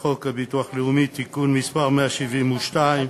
חוק הביטוח הלאומי (תיקון מס' 172),